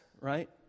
right